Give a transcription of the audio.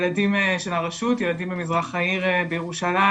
ילדים של הרשות, ילדים ממזרח העיר בירושלים,